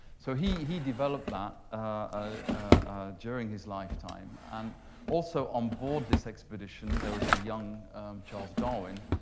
so he he developed that ah during his lifetime. and also on board this expedition, there was the young charles darwin.